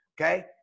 Okay